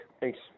Thanks